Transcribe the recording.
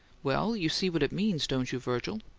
well, you see what it means, don't you, virgil?